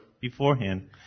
beforehand